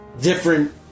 different